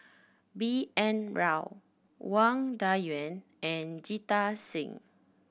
B N Rao Wang Dayuan and Jita Singh